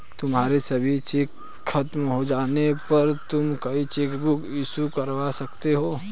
तुम्हारे सभी चेक खत्म हो जाने पर तुम नई चेकबुक इशू करवा सकती हो